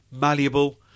malleable